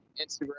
Instagram